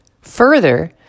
Further